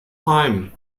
heim